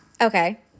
Okay